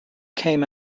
came